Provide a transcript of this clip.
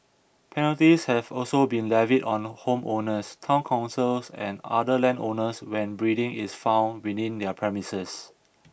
penalties have also been levied on homeowners town councils and other landowners when breeding is found within their premises